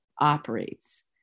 operates